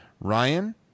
Ryan